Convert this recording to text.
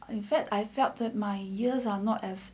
in fact I felt that my ears are not as